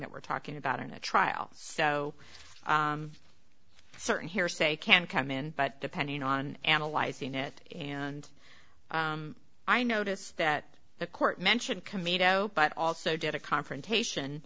that we're talking about in the trial so certain hearsay can come in but depending on analyzing it and i notice that the court mentioned kmita but also did a confrontation